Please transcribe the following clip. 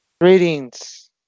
Greetings